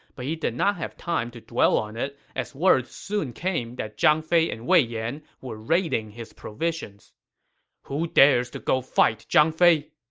but he didn't have time to dwell on it, as word soon came that zhang fei and wei yan were raiding his provisions who dares to go fight zhang fei?